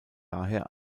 daher